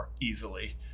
easily